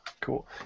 Cool